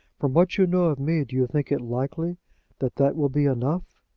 from what you know of me do you think it likely that that will be enough?